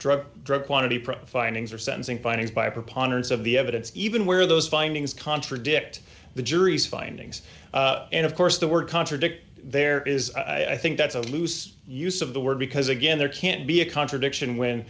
drug drug quantity problem findings are sensing findings by preponderance of the evidence even where those findings contradict the jury's findings and of course the work contradict there is i think that's a loose use of the word because again there can't be a contradiction when